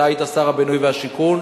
אתה היית שר הבינוי והשיכון,